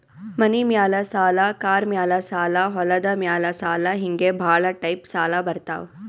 ಮನಿ ಮ್ಯಾಲ ಸಾಲ, ಕಾರ್ ಮ್ಯಾಲ ಸಾಲ, ಹೊಲದ ಮ್ಯಾಲ ಸಾಲ ಹಿಂಗೆ ಭಾಳ ಟೈಪ್ ಸಾಲ ಬರ್ತಾವ್